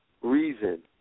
reason